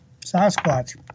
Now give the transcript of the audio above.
Sasquatch